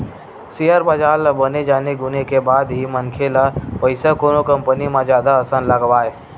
share बजार ल बने जाने गुने के बाद ही मनखे ल पइसा कोनो कंपनी म जादा असन लगवाय